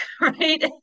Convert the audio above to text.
Right